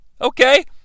okay